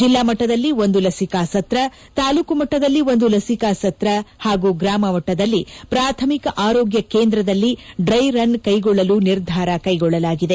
ಜಿಲ್ಲಾ ಮಟ್ಟದಲ್ಲಿ ಒಂದು ಲಸಿಕಾ ಸತ್ರ ತಾಲೂಕು ಮಟ್ಟದಲ್ಲಿ ಒಂದು ಲಿಶಿಕಾ ಸತ್ರ ಹಾಗೂ ಗೂಮ ಮಟ್ಟದಲ್ಲಿ ಪಾಥಮಿಕ ಆರೋಗ್ಯ ಕೇಂದ್ರದಲ್ಲಿ ಡ್ರೈ ರನ್ ಕೈಗೊಳ್ಳಲು ನಿರ್ಧಾರ ಕೈಗೊಳ್ಳಲಾಗಿದೆ